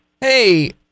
Hey